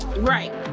Right